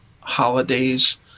holidays